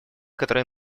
которые